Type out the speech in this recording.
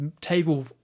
table